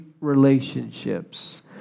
relationships